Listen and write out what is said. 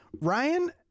Ryan